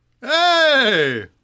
Hey